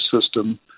system